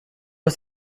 ist